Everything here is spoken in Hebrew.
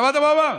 שמעת מה הוא אמר?